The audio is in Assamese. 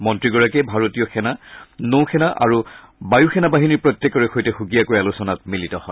মন্ত্ৰীগৰাকীয়ে ভাৰতীয় সেনা নৌসেনা আৰু বায়ু সেনাবাহিনীৰ প্ৰত্যেকৰে সৈতে সুকীয়াকৈ আলোচনাত মিলিত হয়